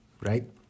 right